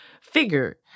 figure